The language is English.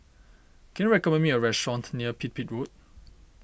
can you recommend me a restaurant near Pipit Road